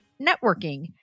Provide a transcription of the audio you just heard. networking